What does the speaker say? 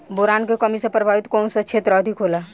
Boron के कमी से प्रभावित कौन सा क्षेत्र अधिक होला?